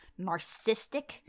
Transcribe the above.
narcissistic